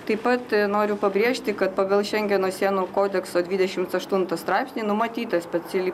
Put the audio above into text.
taip pat noriu pabrėžti kad pagal šengeno sienų kodekso dvidešimts aštuntą straipsnį numatyta speciali